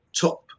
top